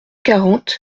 quarante